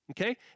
okay